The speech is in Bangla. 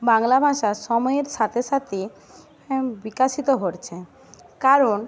বাংলা ভাষা সময়ের সাথে সাথে হ্যাঁ বিকশিত হচ্ছে কারণ